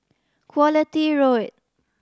Quality Road